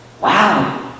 Wow